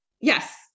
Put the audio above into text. Yes